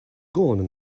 gone